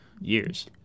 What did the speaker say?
years